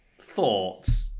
Thoughts